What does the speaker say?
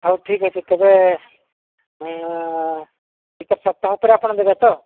ହେଉ ଠିକ୍ ଅଛି ତେବେ କେତେ ସପ୍ତାହ ପରେ ଆପଣ ଦେବେ ତ